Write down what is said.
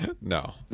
No